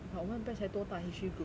but 我们的 batch 还多大 history group